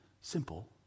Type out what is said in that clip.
simple